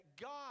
God